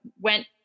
went